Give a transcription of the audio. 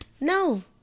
no